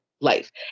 life